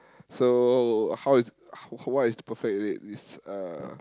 so how how how what is the perfect date with uh